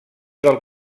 del